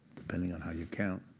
depending on how you count,